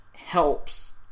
helps